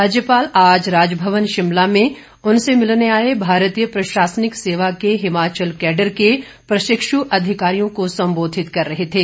राज्यपाल आज राजभवन शिमला में उनसे मिलने आए भारतीय प्रशासनिक सेवा के हिमाचल कैडर के प्रशिक्षु अधिकारियों को सम्बोधित कर रहे थे